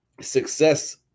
success